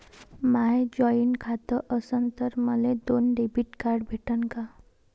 माय joint खातं असन तर मले दोन डेबिट कार्ड भेटन का?